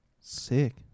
Sick